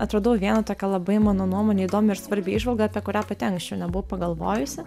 atradau vieną tokią labai mano nuomone įdomią ir svarbią įžvalgą apie kurią pati anksčiau nebuvau pagalvojusi